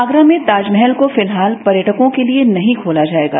आगरा में ताजमहल को फिलहाल पर्यटकों के लिए नहीं खोला जाएगा